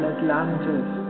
Atlantis